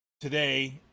today